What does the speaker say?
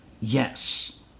Yes